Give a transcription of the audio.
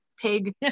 pig